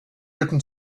written